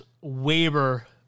waiver